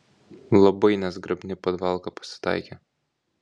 labai nezgrabni padavalka pasitaikė